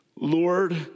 Lord